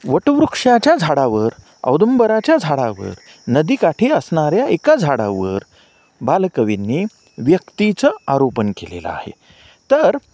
वटवृक्षाच्या झाडावर औदुंबराच्या झाडावर नदी काठी असणाऱ्या एका झाडावर बालकवींनी व्यक्तीचं आरोपण केलेलं आहे तर